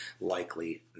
Likely